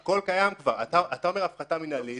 אתה אומר הפחתה מינהלית,